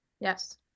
Yes